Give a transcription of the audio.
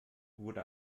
wurde